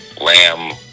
Lamb